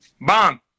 Bomb